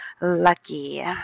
lucky